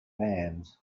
band